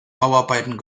bauarbeiten